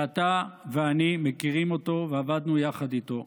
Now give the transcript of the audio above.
שאתה ואני מכירים אותו ועבדנו יחד איתו.